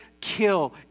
kill